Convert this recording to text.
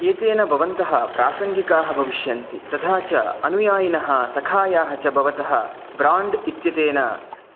एतेन भवन्तः प्रासङ्गिकाः भविष्यन्ति तथा च अनुयायिनः सखायाः च भवतः ब्राण्ड् इत्यतेन